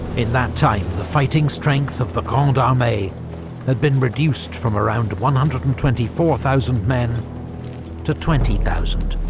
in that time, the fighting strength of the grande armee had been reduced from around one hundred and twenty four thousand men to twenty thousand,